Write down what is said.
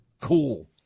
cool